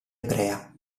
ebrea